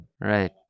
Right